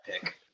pick